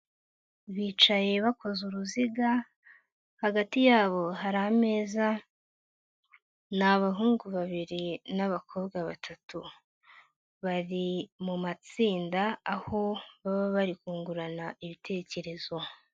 Bicaye bakoze uruziga, hagati yabo hari ameza, ni abahungu babiri n'abakobwa batatu. Bari mu matsinda, aho baba bari kungurana ibitekerezo.